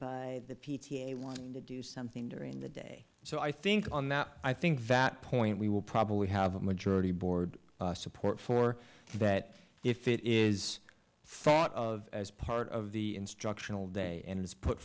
by the p t a wants to do something during the day so i think on that i think that point we will probably have a majority board support for that if it is thought of as part of the instructional day and